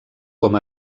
com